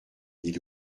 dit